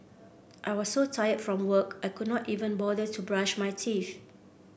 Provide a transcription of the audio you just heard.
I was so tired from work I could not even bother to brush my teeth